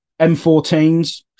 M14s